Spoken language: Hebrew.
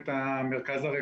על מנת לקדם את המרכז הרפואי,